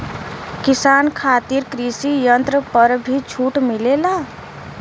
किसान खातिर कृषि यंत्र पर भी छूट मिलेला?